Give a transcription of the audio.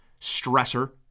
stressor